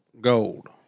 Gold